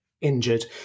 injured